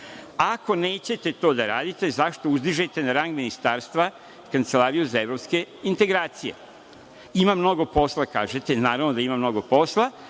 Ako nećete to da radite, zašto uzdižete na rang ministarstva Kancelariju za evropske integracije? Kažete da ima mnogo posla. Naravno da ima mnogo posla